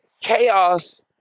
chaos